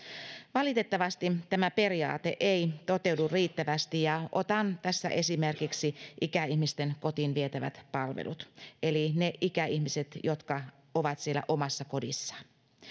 valitettavasti tämä periaate ei toteudu riittävästi ja otan tässä esimerkiksi ikäihmisten kotiin vietävät palvelut eli ne ikäihmiset jotka ovat siellä omassa kodissaan